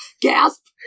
Gasp